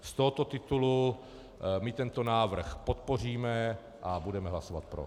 Z tohoto titulu tento návrh podpoříme a budeme hlasovat pro.